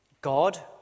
God